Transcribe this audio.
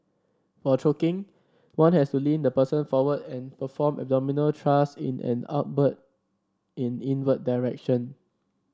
for choking one has to lean the person forward and perform abdominal thrust in an upward and inward direction